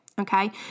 okay